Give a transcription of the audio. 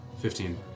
Fifteen